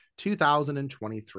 2023